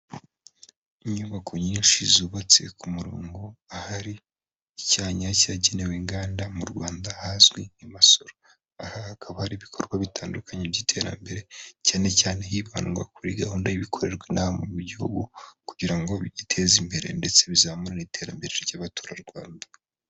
Inyubako nyinshi zubatse ku murongo, ahari icyaya cyagenewe inganda mu Rwanda hazwi nk'i Misoro, aha hakaba hari ibikorwa bitandukanye by'iterambere cyane cyane hibandwa kuri gahunda y'ibikorerwa inaha mu gihugu, kugira ngo bigiteze imbere ndetse bizamura n'iterambere ry'abaturarwanda.